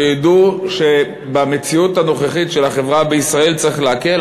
שידעו שבמציאות הנוכחית של החברה בישראל צריך להקל.